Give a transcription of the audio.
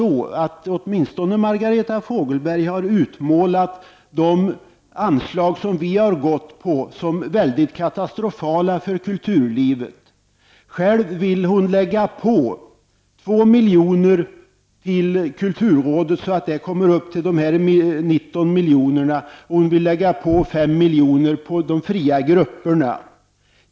Åtminstone Margareta Fogelberg har utmålat de anslag som vi är beredda att gå med på som väldigt katastrofala för kulturlivet. Själv vill hon lägga på 2 miljoner till kulturrådet så att det kommer upp till 19 miljoner. Hon vill lägga på 5 miljoner till de fria grupperna.